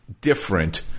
different